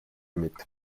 mit